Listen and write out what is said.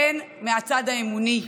הן מהצד האמוני,